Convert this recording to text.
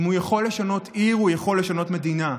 אם הוא יכול לשנות עיר, הוא יכול לשנות מדינה.